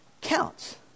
counts